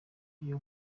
iyo